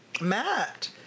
Matt